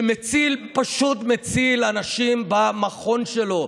שמציל, פשוט מציל אנשים במכון שלו,